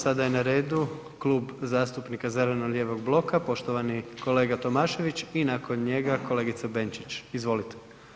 Sada je na redu Klub zastupnika zeleno-lijevog bloka, poštovani kolega Tomašević i nakon njega kolegica Benčić, izvolite.